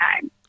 time